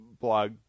blog